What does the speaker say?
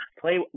play